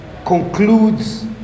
concludes